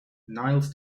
niles